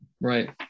Right